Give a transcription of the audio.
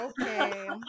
okay